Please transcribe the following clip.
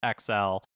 XL